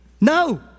No